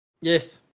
Yes